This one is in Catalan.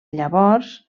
llavors